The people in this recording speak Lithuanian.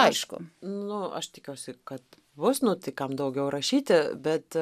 aišku nu aš tikiuosi kad bus nu tai kam daugiau rašyti bet